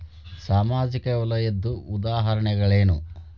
ಸಾಮಾಜಿಕ ವಲಯದ್ದು ಉದಾಹರಣೆಗಳೇನು?